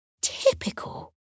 Typical